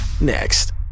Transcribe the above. next